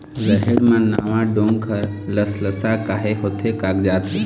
रहेड़ म नावा डोंक हर लसलसा काहे होथे कागजात हे?